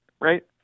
right